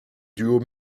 duos